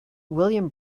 william